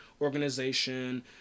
Organization